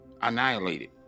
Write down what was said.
annihilated